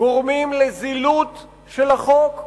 גורמים לזילות של החוק,